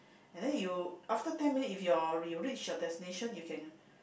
and then you after ten minute if your you reach your destination you can